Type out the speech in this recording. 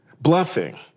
Bluffing